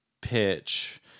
pitch